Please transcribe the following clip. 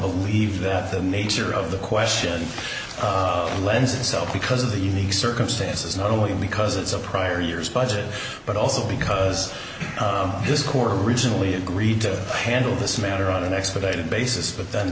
believe that the nature of the question lends itself because of the unique circumstances not only because it's a prior years budget but also because this quarter originally agreed to handle this matter on an expedited basis but then